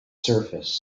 surface